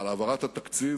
על העברת התקציב.